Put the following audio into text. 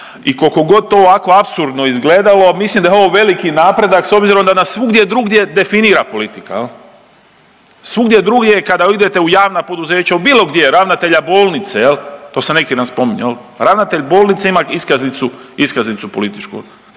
i koliko god to ovako apsurdno izgledalo mislim da je ovo veliki napredak s obzirom da nas svugdje drugdje definira politika jel. Svugdje drugdje kada idete u javna poduzeća u bilo gdje u ravnatelja bolnice jel, to sam neki dan spominjao jel. Ravnatelj bolnice ima iskaznicu, iskaznicu